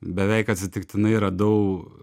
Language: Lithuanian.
beveik atsitiktinai radau